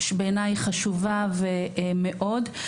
שבעיניי היא חשובה מאוד,